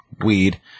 weed